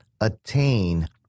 attain